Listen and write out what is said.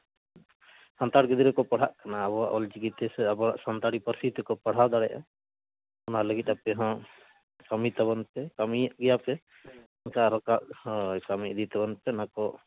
ᱥᱟᱱᱛᱟᱲ ᱜᱤᱫᱽᱨᱟᱹ ᱠᱚ ᱯᱟᱲᱦᱟᱜ ᱠᱟᱱᱟ ᱟᱵᱚᱣᱟᱜ ᱚᱞᱪᱤᱠᱤ ᱛᱮ ᱥᱮ ᱟᱵᱚᱣᱟᱜ ᱯᱟᱹᱨᱥᱤ ᱛᱮᱠᱚ ᱯᱟᱲᱦᱟᱣ ᱫᱟᱲᱮᱭᱟᱜᱼᱟ ᱚᱱᱟ ᱞᱟᱹᱜᱤᱫ ᱟᱯᱮ ᱦᱚᱸ ᱠᱟᱹᱢᱤ ᱛᱟᱵᱚᱱ ᱯᱮ ᱠᱟᱹᱢᱤᱭᱮᱫ ᱜᱮᱭᱟᱯᱮ ᱢᱟᱥᱮ ᱟᱨᱚ ᱠᱟ ᱦᱳᱭ ᱠᱟᱹᱢᱤ ᱤᱫᱤ ᱛᱟᱵᱚᱱ ᱯᱮ ᱤᱱᱟᱹᱠᱚ